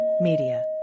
Media